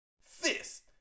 Fist